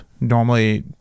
normally